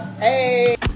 Hey